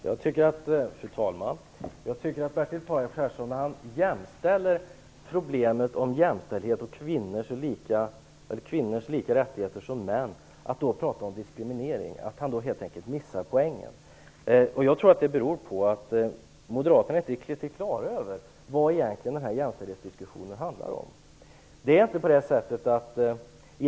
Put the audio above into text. Fru talman! Jag tycker att Bertil Persson helt enkelt missar poängen när han talar om diskriminering i samband med frågan om jämställdheten, dvs. att kvinnor skall ha samma rättigheter som män. Jag tror att det beror på att moderaterna inte är riktigt klara över vad den här jämställdhetsdiskussionen egentligen handlar om.